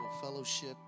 Fellowship